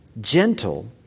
gentle